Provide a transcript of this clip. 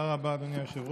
תודה רבה, אדוני היושב-ראש.